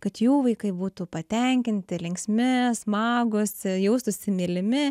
kad jų vaikai būtų patenkinti linksmi smagūs jaustųsi mylimi